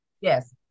Yes